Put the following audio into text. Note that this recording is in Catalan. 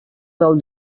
del